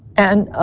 and ah